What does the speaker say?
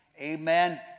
Amen